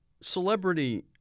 celebrity